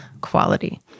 quality